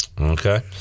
Okay